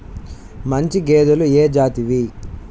మంచి గేదెలు ఏ జాతివి?